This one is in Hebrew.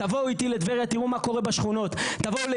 תבואו איתי לטבריה, תראו מה קורה בשכונות.